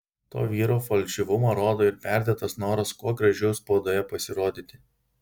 to vyro falšyvumą rodo ir perdėtas noras kuo gražiau spaudoje pasirodyti